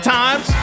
times